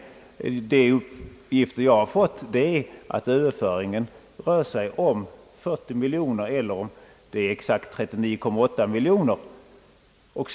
Enligt de uppgifter jag har fått rör sig överföringen om cirka 40 miljoner kronor eller exakt 39,8 miljoner kronor.